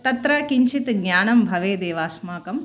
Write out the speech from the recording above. तत्र किञ्चित् ज्ञानं भवेदेव अस्माकं